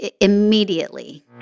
immediately